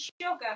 sugar